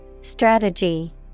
Strategy